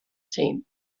team